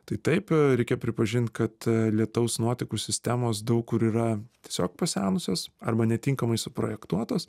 tai taip reikia pripažint kad lietaus nuotekų sistemos daug kur yra tiesiog pasenusios arba netinkamai suprojektuotos